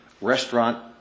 restaurant